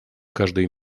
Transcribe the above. каждой